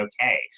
okay